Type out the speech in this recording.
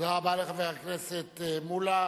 תודה רבה לחבר הכנסת מולה.